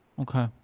Okay